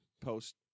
post